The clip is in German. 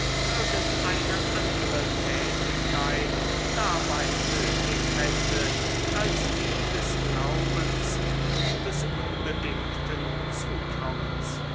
eine andere tätigkeit dabei nötig hätte als die des glaubens und des unbedingten zutrauens